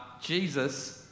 Jesus